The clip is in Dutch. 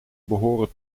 behoren